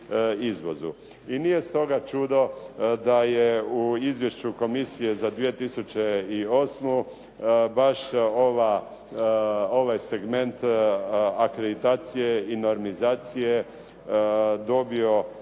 i nije stoga čudo da je u izvješću komisije za 2008. baš ovaj segment akreditacije i normizacije dobio